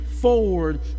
forward